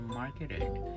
marketed